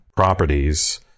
Properties